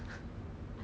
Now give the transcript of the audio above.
but 你有球 mah